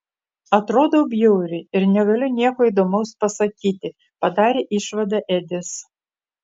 atrodau bjauriai ir negaliu nieko įdomaus pasakyti padarė išvadą edis